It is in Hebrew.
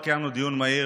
אתה, למה לא פסלת?